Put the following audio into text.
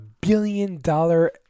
billion-dollar